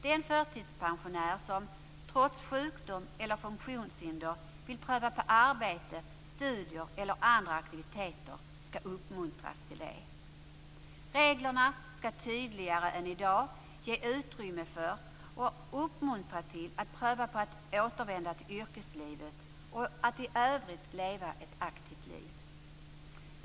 Den förtidspensionär som, trots sjukdom eller funktionshinder, vill pröva på arbete, studier eller andra aktiviteter skall uppmuntras till det. Reglerna skall tydligare än i dag ge utrymme för och uppmuntra till att pröva på att återvända till yrkeslivet och att i övrigt leva ett aktivt liv.